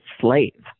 slave